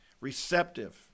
receptive